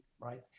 right